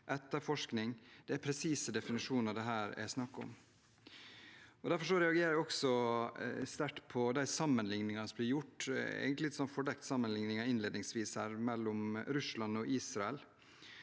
etterforskning. Det er presise definisjoner det her er snakk om. Derfor reagerer jeg også sterkt på de sammenligningene som blir gjort – egentlig en litt fordekt sammenligning her innledningsvis mellom Russland og Israel.